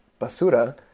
basura